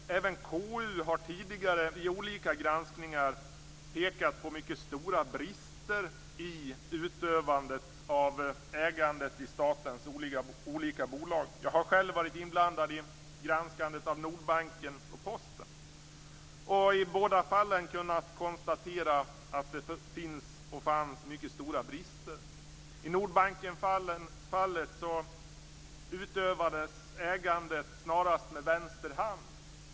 Även KU har tidigare vid olika granskningar pekat på mycket stora brister i utövandet av ägandet i statens olika bolag. Jag har själv varit inblandad i granskandet av Nordbanken och Posten. I båda fallen har jag kunnat konstatera att det finns och fanns mycket stora brister. I Nordbankenfallet utövades ägandet snarast med vänster hand.